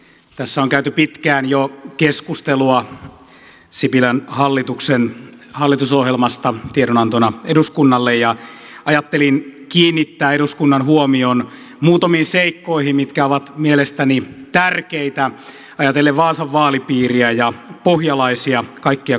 tässä on käyty pitkään jo keskustelua sipilän hallituksen hallitusohjelmatiedonannosta eduskunnalle ja ajattelin kiinnittää eduskunnan huomion muutamiin seikkoihin mitkä ovat mielestäni tärkeitä ajatellen vaasan vaalipiiriä ja pohjalaisia kaikkia kolmea pohjalaismaakuntaa